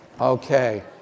Okay